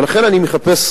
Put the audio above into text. ולכן אני מחפש,